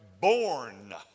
born